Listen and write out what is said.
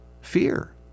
Fear